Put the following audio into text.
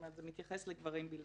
זאת אומרת, זה מתייחס לגברים בלבד.